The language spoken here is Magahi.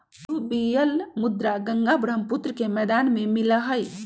अलूवियल मृदा गंगा बर्ह्म्पुत्र के मैदान में मिला हई